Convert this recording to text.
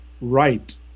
right